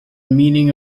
meaning